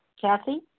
Kathy